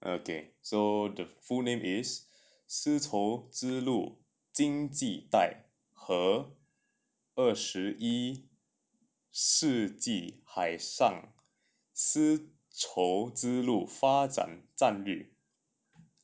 okay so the full name is 丝绸之路经济带和二十一世纪海上丝绸之路发展战略